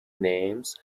names